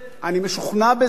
אני משוכנע בזה.